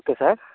okay sir